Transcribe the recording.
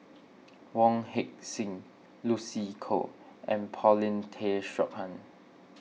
Wong Heck Sing Lucy Koh and Paulin Tay Straughan